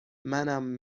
منم